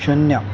शून्य